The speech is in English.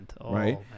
right